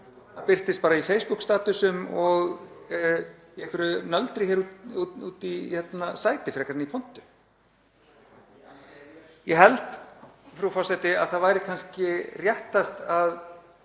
það birtist bara í Facebook-statusum og í einhverju nöldri hér úti í sal frekar en í pontu. Ég held, frú forseti, að það væri kannski réttast að